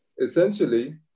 essentially